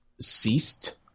ceased